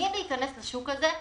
שמעוניינים להיכנס לשוק הזה,